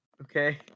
Okay